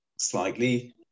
slightly